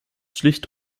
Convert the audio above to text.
schlicht